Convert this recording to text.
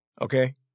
Okay